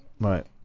Right